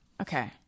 Okay